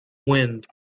wind